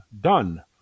done